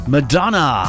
Madonna